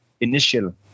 initial